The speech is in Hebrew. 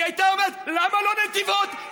היא הייתה אומרת: למה לא נתיבות?